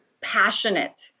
passionate